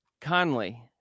Conley